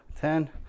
ten